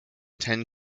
ten